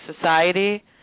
society